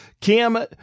Cam